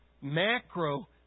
macro